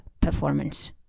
performance